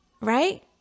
right